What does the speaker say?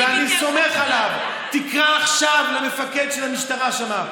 ואני סומך עליו: תקרא עכשיו למפקד של המשטרה שם.